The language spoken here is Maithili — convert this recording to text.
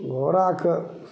घोड़ाके